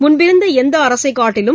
முன்பிருந்த எந்த அரசைக் காட்டிலும்